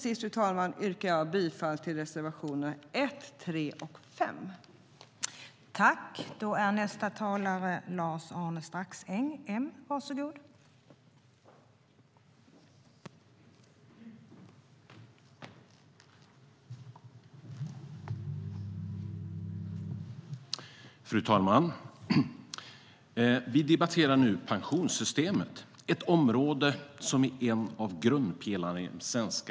Slutligen yrkar jag bifall till reservationerna 1, 3 och 5.